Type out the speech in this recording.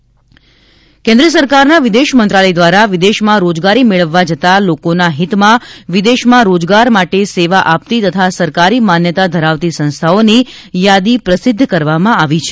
આગજા દુર્ગેશ વિદેશ રોજગારી કેન્દ્ર સરકારના વિદેશ મંત્રાલય દ્વારા વિદેશમાં રોજગારી મેળવવા જતા લોકોના હિતમાં વિદેશમાં રોજગાર માટે સેવા આપતી તથા સરકારી માન્યતા ધરાવતી સંસ્થાઓની યાદી પ્રસિદ્ધ કરવામાં આવી છે